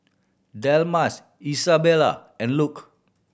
Delmas Isabella and Luke